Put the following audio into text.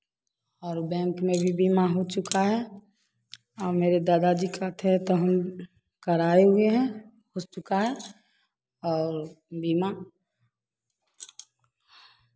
और बैंक में भी बीमा हो चुका है औ मेरे दादाजी का थे तो हम कराए हुए है हो चुका है और बीमा